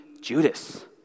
Judas